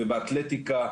ובאתלטיקה,